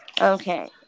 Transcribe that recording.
Okay